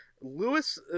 Lewis